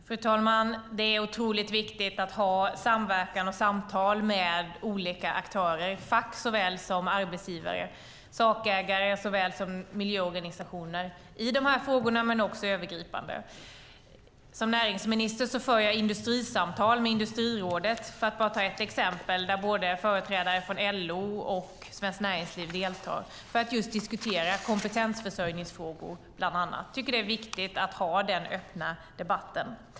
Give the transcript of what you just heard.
Fru talman! Det är otroligt viktigt att ha samverkan och samtal med olika aktörer - fack såväl som arbetsgivare och sakägare såväl som miljöorganisationer - i dessa frågor men också övergripande. Som näringsminister för jag industrisamtal med Industrirådet, för att bara ta ett exempel, där företrädare från både LO och Svenskt Näringsliv deltar för att just diskutera bland annat kompetensförsörjningsfrågor. Jag tycker att det är viktigt att ha den öppna debatten.